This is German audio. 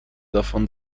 davon